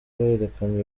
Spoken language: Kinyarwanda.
berekana